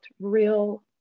real